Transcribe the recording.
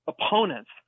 opponents